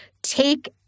Take